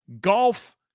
golf